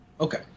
Okay